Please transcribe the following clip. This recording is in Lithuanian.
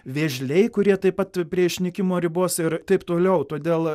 vėžliai kurie taip pat prie išnykimo ribos ir taip toliau todėl